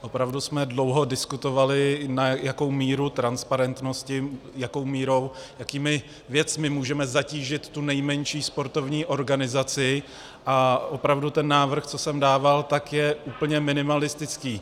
Opravdu jsme dlouho diskutovali, na jakou míru transparentnosti, jakou měrou, jakými věcmi můžeme zatížit tu nejmenší sportovní organizaci, a opravdu ten návrh, co jsem dával, je úplně minimalistický.